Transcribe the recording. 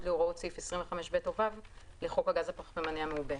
להוראות סעיף 25(ב) או (ו) לחוק הגז הפחמימני המעובה".